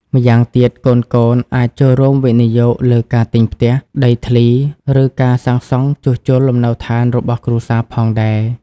ម្យ៉ាងទៀត កូនៗអាចចូលរួមវិនិយោគលើការទិញផ្ទះ ដីធ្លី ឬការសាងសង់ជួសជុលលំនៅឋានរបស់គ្រួសារផងដែរ។